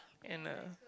and a